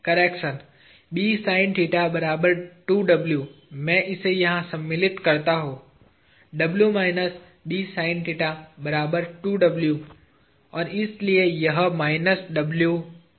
और इसलिए यह माइनस W है